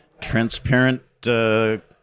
transparent